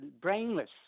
brainless